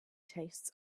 tastes